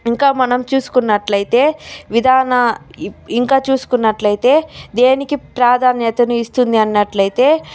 ఇంకా మనం చూసుకున్నట్లయితే విధాన ఇ ఇంకా చూసుకున్నట్లయితే దేనికి ప్రాధాన్యతను ఇస్తుంది అన్నట్లయితే